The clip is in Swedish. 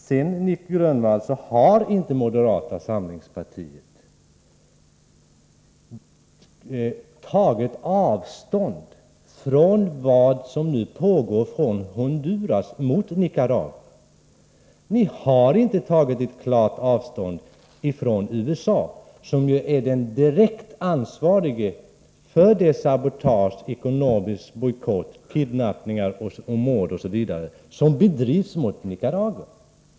Moderata samlingspartiet har inte, Nic Grönvall, tagit avstånd från vad som nu pågår från Honduras mot Nicaragua. Ni har inte tagit klart avstånd från USA, som ju är direkt ansvarigt för det sabotage — ekonomisk bojkott, kidnappingar, mord osv. — som bedrivs mot Nicaragua.